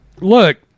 look